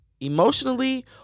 emotionally